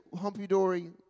humpy-dory